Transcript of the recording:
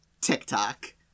TikTok